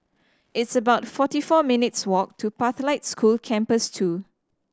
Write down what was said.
it's about forty four minutes' walk to Pathlight School Campus Two